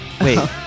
Wait